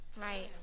Right